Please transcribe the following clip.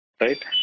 Right